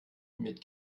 mit